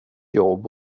jobb